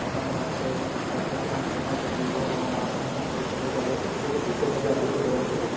अत्र अत्र तु अहं फ़ेमस् अस्मि भोः मम आपणस्य समिपे आगच्छति चेत् टिकेट् अपि अपेक्षते भवतः कृते